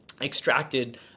extracted